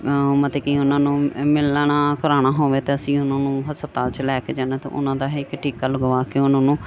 ਮਤ ਕਿ ਉਹਨਾਂ ਨੂੰ ਮਿਲਣਾ ਨਾ ਕਰਾਣਾ ਹੋਵੇ ਤਾਂ ਅਸੀਂ ਉਹਨਾਂ ਨੂੰ ਹਸਪਤਾਲ 'ਚ ਲੈ ਕੇ ਜਾਣਾ ਤਾਂ ਉਹਨਾਂ ਦਾ ਇੱਕ ਟੀਕਾ ਲਗਵਾ ਕੇ ਉਹਨਾਂ ਨੂੰ